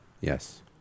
Yes